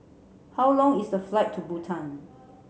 how long is the flight to Bhutan